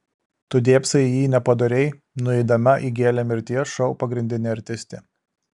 tu dėbsai į jį nepadoriai nueidama įgėlė mirties šou pagrindinė artistė